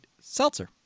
Seltzer